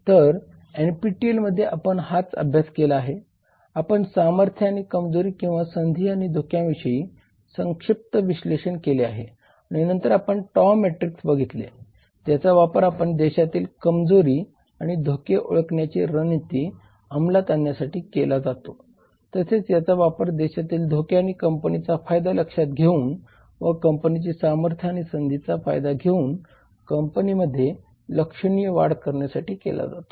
तर एनपीटीईएल मध्ये आपण हाच अभ्यास केला आहे आपण सामर्थ्य आणि कमजोरी किंवा संधी आणि धोक्यांविषयी संक्षिप्त विश्लेषण केले आहे आणि नंतर आपण टॉव मॅट्रिक्स बघितले ज्याचा वापर आपण देशातील कमजोरी आणि धोके ओळखण्याची रणनीती अंमलात आणण्यासाठी केला जातो तसेच याचा वापर देशातील धोके आणि कंपनीचा फायदा लक्षात घेऊन व कंपनीचे सामर्थ्य आणि संधींचा फायदा घेऊन कंपनीमध्ये लक्षणीय वाढ करण्यासाठी केला जातो